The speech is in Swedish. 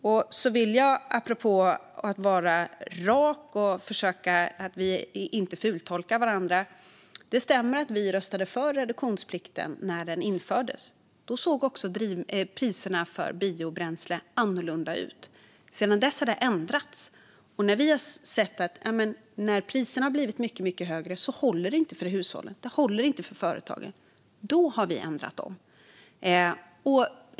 Apropå att vara rak och inte fultolka varandra vill jag säga att det stämmer att vi röstade för reduktionsplikten när den infördes. Då såg också priserna för biobränsle annorlunda ut. Sedan dess har det ändrats. När vi har sett att priserna har blivit mycket, mycket högre och inte håller vare sig för hushållen eller för företagen, då har vi ändrat dem.